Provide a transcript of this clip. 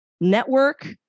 network